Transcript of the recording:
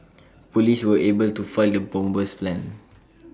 Police were able to foil the bomber's plans